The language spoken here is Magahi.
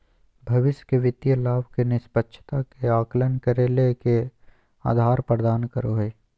भविष्य के वित्तीय लाभ के निष्पक्षता के आकलन करे ले के आधार प्रदान करो हइ?